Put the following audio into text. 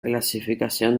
clasificación